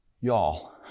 y'all